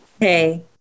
Hey